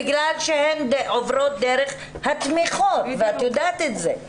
בגלל שהן עוברות דרך התמיכות ואת יודעת את זה.